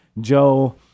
Joe